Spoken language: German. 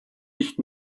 nicht